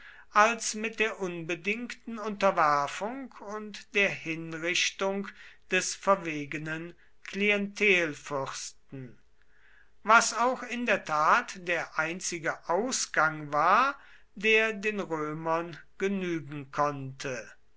als mit der unbedingten unterwerfung und der hinrichtung des verwegenen klientelfürsten was auch in der tat der einzige ausgang war der den römern genügen konnte